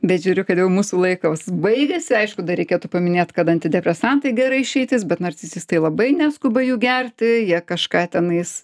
bet žiūriu kad jau mūsų laikas baigiasi aišku dar reikėtų paminėt kad antidepresantai gera išeitis bet narcisistai labai neskuba jų gerti jie kažką tenais